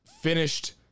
finished